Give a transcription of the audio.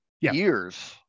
years